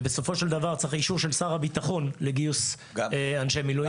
בסופו של דבר צריך אישור של שר הביטחון לגיוס אנשי מילואים ומג"ב.